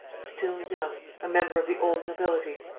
still young, a member of the old nobility,